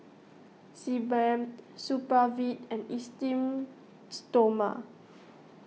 Sebamed Supravit and Esteem Stoma